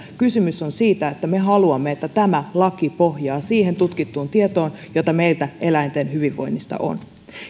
kysymys on siitä että me haluamme että tämä laki pohjaa siihen tutkittuun tietoon jota meillä eläinten hyvinvoinnista on